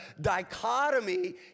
dichotomy